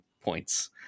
points